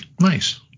Nice